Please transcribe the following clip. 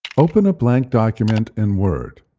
open a blank document in word.